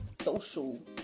social